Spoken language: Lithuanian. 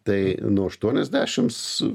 tai nuo aštuoniasdešims